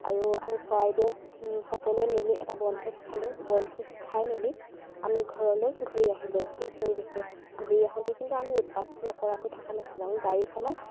আৰু আমি চৰাইদেউত সকলোৱে মিলি এটা বনভোজ খালোঁ বনভোজ খাই মেলি আমি ঘৰলৈ ঘূৰি আহিলোঁ সেই পৰিৱেশটো ঘূৰি আহোঁতে কিন্তু আমি উৎপাত নকৰাকৈ থকা নাছিলোঁ আমি গাড়ীখনত